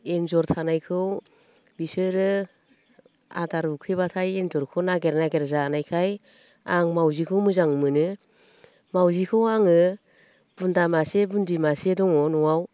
एन्जर थानायखौ बिसोरो आदार उखैब्लाथाय एन्जरखौ नागिर नागिर जानायखाय आं मावजिखौ मोजां मोनो मावजिखौ आङो बुन्दा मासे बुन्दि मासे दङ न'आव